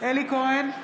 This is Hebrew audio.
אלי כהן,